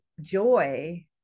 joy